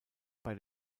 bei